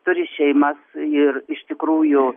turi šeimas ir iš tikrųjų